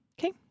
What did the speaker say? Okay